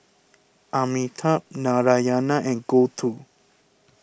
Amitabh Narayana and Gouthu